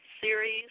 series